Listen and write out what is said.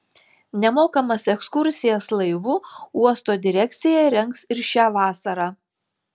nemokamas ekskursijas laivu uosto direkcija rengs ir šią vasarą